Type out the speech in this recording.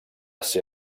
ser